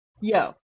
yo